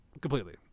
completely